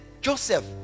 Joseph